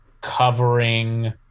covering